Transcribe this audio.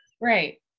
Right